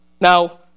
Now